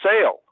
sale